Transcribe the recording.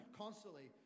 constantly